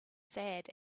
sad